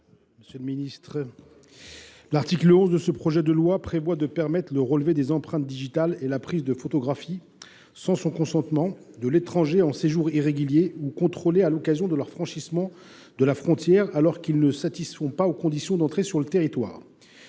: La parole est à M. Ahmed Laouedj. L’article 11 permet le relevé des empreintes digitales et la prise de photographies sans son consentement de l’étranger en séjour irrégulier ou contrôlé à l’occasion de son franchissement de la frontière alors qu’il ne satisfait pas aux conditions d’entrée sur le territoire.